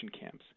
camps